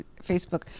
facebook